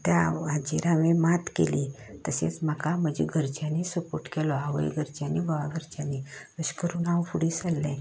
त्या आव्हन हाजेर हांवें मात केली तसेंस म्हाका म्हजे घरच्यानी सपोट केलो आवय घरच्यानी भावा घरच्यानी तशें करून हांव फुडें सल्लें